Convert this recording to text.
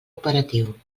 operatiu